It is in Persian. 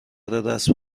رسم